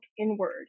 inward